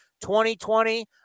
2020